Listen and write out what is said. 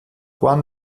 juan